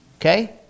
Okay